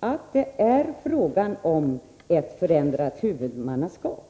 att det är fråga om ett förändrat huvudmannaskap.